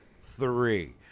three